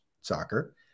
soccer